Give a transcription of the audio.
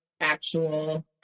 actual